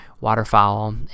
waterfowl